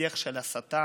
שיח של הסתה,